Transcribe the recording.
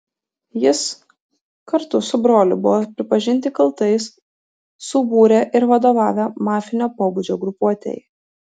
jis kartu su broliu buvo pripažinti kaltais subūrę ir vadovavę mafinio pobūdžio grupuotei